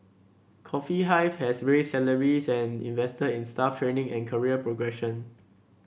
Coffee Hive has raised salaries and invested in staff training and career progression